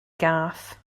gath